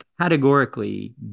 categorically